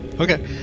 Okay